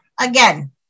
again